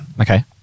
Okay